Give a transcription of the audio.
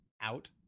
out